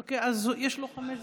אוקיי, אז יש לו חמש דקות.